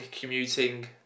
commuting